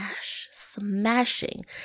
Smashing